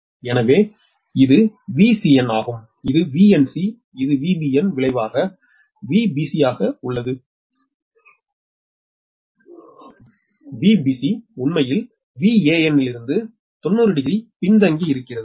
எனவே இது Vcn ஆகும் இது Vnc இது Vbn விளைவாக Vbc ஆக உள்ளது Vbc உண்மையில் வேனில் இருந்து 900 பின்தங்கியிருக்கிறது